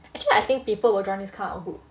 actually I think people will join this kind of group